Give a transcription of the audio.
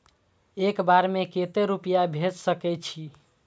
एक बार में केते रूपया भेज सके छी?